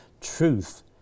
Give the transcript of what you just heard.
Truth